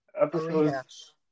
episodes